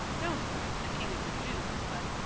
don't write, the king of the jews but,